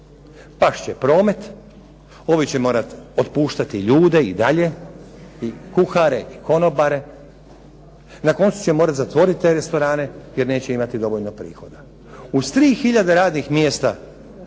Past će promet. Ovi će morati otpuštati ljude i dalje, i kuhare i konobare. Na koncu će morati zatvoriti te restorane jer neće imati dovoljno prihoda. Uz 3 hiljade radnih mjesta